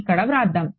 ఇక్కడ వ్రాద్దాం